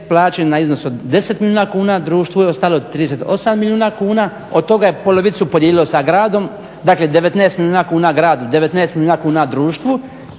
plaćen na iznos od 10 milijuna kuna, društvu je ostalo 38 milijuna kuna, od toga je polovicu podijelilo sa gradom, dakle 19 milijuna kuna gradu, 19 milijuna kuna društvu